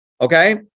Okay